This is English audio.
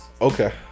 okay